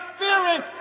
fearing